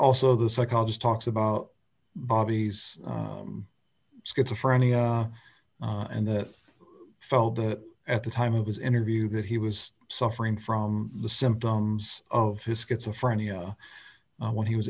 also the psychologist talks about bobby's schizophrenia and that felt that at the time of his interview that he was suffering from the symptoms of his schizophrenia when he was